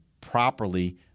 properly